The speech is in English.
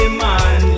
man